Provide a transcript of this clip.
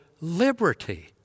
liberty